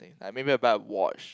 like maybe to buy a watch